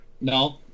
No